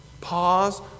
pause